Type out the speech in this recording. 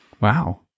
Wow